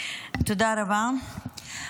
תודה רבה.